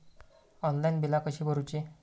Online बिला कशी भरूची?